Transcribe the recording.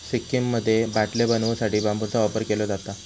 सिक्कीममध्ये बाटले बनवू साठी बांबूचा वापर केलो जाता